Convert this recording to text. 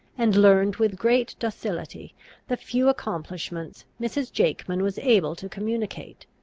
and learned with great docility the few accomplishments mrs. jakeman was able to communicate.